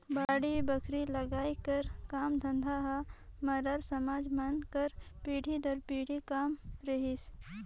बाड़ी बखरी लगई कर काम धंधा हर मरार समाज मन कर पीढ़ी दर पीढ़ी काम रहिस